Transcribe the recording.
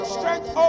Strength